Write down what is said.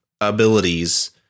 abilities